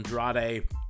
Andrade